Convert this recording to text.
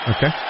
Okay